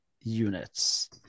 units